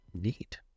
Neat